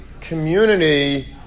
community